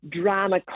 drama